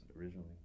originally